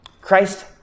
Christ